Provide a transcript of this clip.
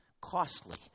costly